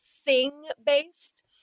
thing-based